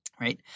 right